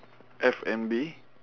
F and B